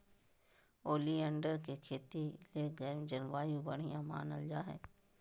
oleander के खेती ले गर्म जलवायु बढ़िया मानल जा हय